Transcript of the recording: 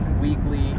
weekly